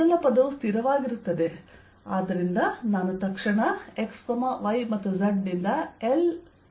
ಮೊದಲ ಪದವು ಸ್ಥಿರವಾಗಿರುತ್ತದೆ ಆದ್ದರಿಂದ ನಾನು ತಕ್ಷಣ x y ಮತ್ತು z ನಿಂದ L L ಮತ್ತು L ಕೊಡುಗೆಯನ್ನು ಪಡೆಯುತ್ತೇನೆ